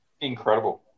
incredible